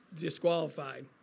disqualified